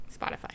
Spotify